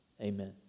Amen